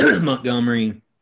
Montgomery